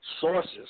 sources